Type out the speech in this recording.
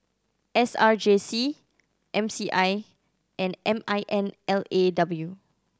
S R J C M C I and M I N L A W